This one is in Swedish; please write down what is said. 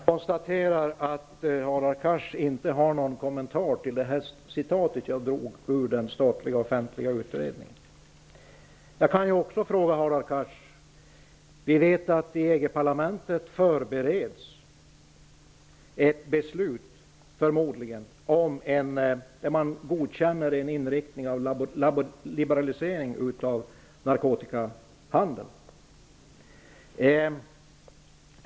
Herr talman! Jag konstaterar att Hadar Cars inte har någon kommentar till vad jag citerade ur den statliga offentliga utredningen. Vi vet att det i EG-parlamentet förmodligen förbereds ett beslut som innebär att man godkänner en liberalisering av narkotikahandeln.